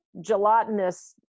gelatinous